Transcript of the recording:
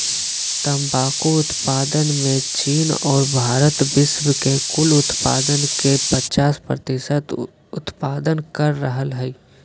तंबाकू उत्पादन मे चीन आर भारत विश्व के कुल उत्पादन के पचास प्रतिशत उत्पादन कर रहल हई